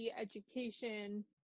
education